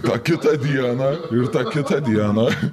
tą kitą dieną ir tą kitą dieną